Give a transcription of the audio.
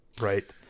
Right